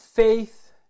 Faith